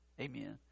Amen